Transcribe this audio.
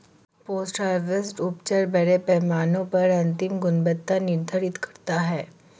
post harvest उपचार बड़े पैमाने पर अंतिम गुणवत्ता निर्धारित करता है